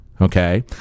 Okay